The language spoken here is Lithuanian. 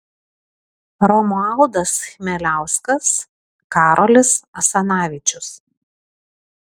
romualdas chmeliauskas karolis asanavičius